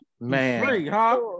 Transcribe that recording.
man